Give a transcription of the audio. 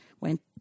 went